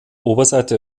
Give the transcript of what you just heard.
oberseite